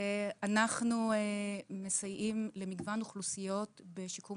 אנחנו מסייעים למגוון אוכלוסיות בשיקום